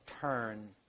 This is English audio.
turn